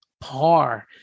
par